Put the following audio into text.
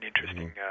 interesting